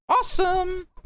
awesome